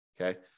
Okay